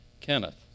Kenneth